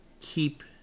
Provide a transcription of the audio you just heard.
keep